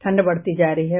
ठंड बढ़ती जा रही है